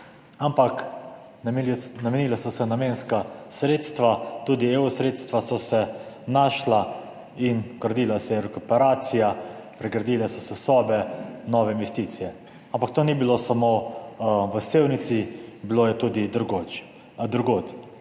Ampak namenila so se namenska sredstva, tudi EU sredstva so se našla in gradila se je rekuperacija, pregradile so se sobe, nove investicije, ampak to ni bilo samo v Sevnici, bilo je tudi drugod.